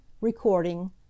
Recording